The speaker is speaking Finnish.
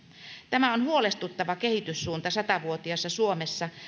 tämä on huolestuttava kehityssuunta sata vuotiaassa suomessa